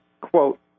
quote